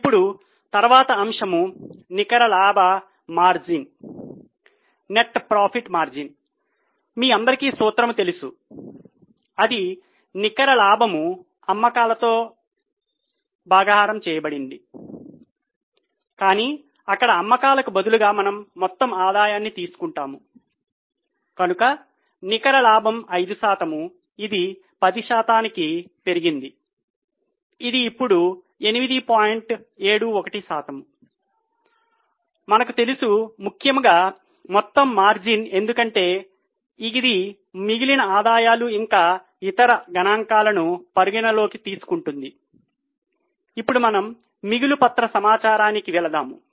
ఇప్పుడు తర్వాత అంశము నికర లాభ మార్జిన్ కి వెళదాము